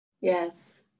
Yes